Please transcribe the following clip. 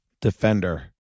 Defender